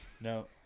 No